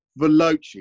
veloci